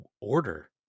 order